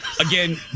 Again